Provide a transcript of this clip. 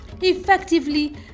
effectively